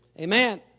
Amen